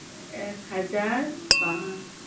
ᱮᱠ ᱦᱟᱡᱟᱨ ᱯᱟᱸᱪ